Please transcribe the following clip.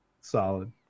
Solid